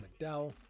McDowell